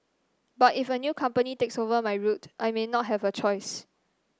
but if a new company takes over my route I may not have a choice